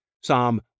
Psalm